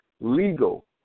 legal